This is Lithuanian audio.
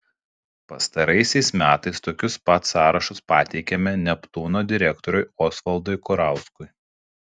pastaraisiais metais tokius pat sąrašus pateikiame neptūno direktoriui osvaldui kurauskui